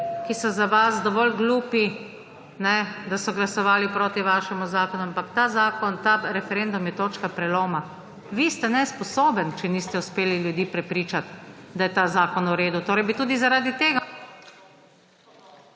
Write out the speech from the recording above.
ki so za vas dovolj glupi, da so glasovali proti vašemu zakonu, ampak ta zakon, ta referendum je točka preloma. Vi ste nesposobni, če niste uspeli ljudi prepričati, da je ta zakon v redu; torej bi tudi, zaradi tega